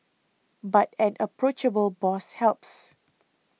but an approachable boss helps